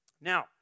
Now